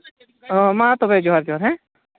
ᱚ ᱢᱟ ᱛᱚᱵᱮ ᱡᱚᱦᱟᱨ ᱡᱚᱦᱟᱨ ᱦᱮᱸ